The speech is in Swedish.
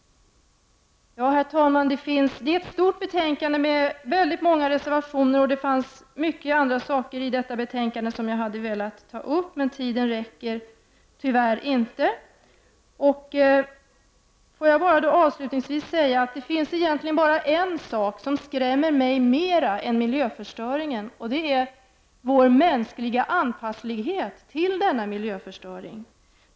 Herr talman! Detta är ett stort betänkande med många reservationer. Det finns många andra saker i detta betänkande som jag hade velat ta upp, men tiden räcker tyvärr inte. Får jag bara avslutningsvis säga att det egentligen bara finns en sak som skrämmer mig mer än miljöförstöringen och det är vår mänskliga anpasslighet till denna miljöförstöring.